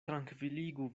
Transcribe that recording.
trankviligu